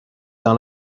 dans